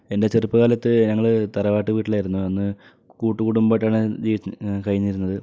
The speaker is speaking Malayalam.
എൻ്റെ ചെറുപ്പകാലത്ത് ഞങ്ങൾ തറവാട്ട് വീട്ടിലായിരുന്നു അന്ന് കൂട്ടു കുടുംബമായിട്ടാണ് കഴിഞ്ഞിരുന്നത്